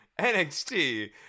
NXT